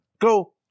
Go